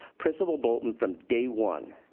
principal boulton, from day one,